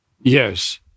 Yes